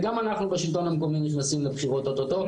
וגם אנחנו בשלטון המקומי נכנסים לבחירות אוטוטו,